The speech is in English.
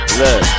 look